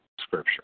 Scripture